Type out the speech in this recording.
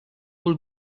will